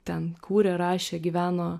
ten kūrė rašė gyveno